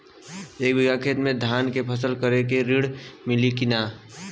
एक बिघा खेत मे धान के फसल करे के ऋण मिली की नाही?